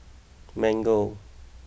Mango